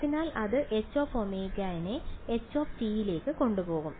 അതിനാൽ അത് Hω നെ h ലേക്ക് കൊണ്ടുപോകും